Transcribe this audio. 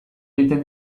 egiten